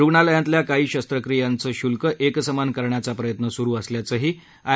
रुग्णालयातल्या काही शस्त्रक्रियांचे श्ल्क एकसमान करण्याचा प्रयत्न सुरू असल्याचंही आय